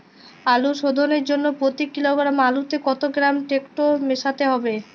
আলু শোধনের জন্য প্রতি কিলোগ্রাম আলুতে কত গ্রাম টেকটো মেশাতে হবে?